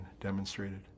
demonstrated